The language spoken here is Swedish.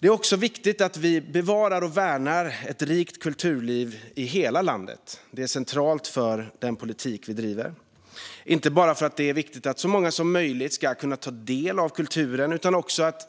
Det är även viktigt att bevara och värna ett rikt kulturliv i hela landet. Det är centralt för den politik vi driver, inte bara för att det är viktigt att så många som möjligt ska kunna ta del av kulturen. Att man